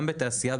גם בתעשייה,